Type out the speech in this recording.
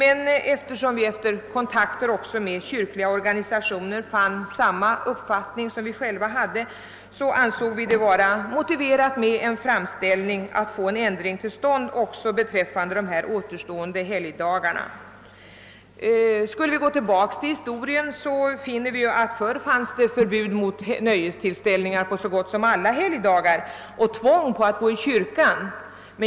Då vi emellertid efter kontakter med kyrkliga organisationer fann att de hade samma uppfattning som vi, ansåg vi det vara motiverat med en framställning om att få en ändring till stånd också beträffande dessa återstående helgdagar. Går vi tillbaka i historien, finner vi att det förr var förbud mot nöjestillställningar på så gott som alla helgdagar och tvång att gå i kyrkan.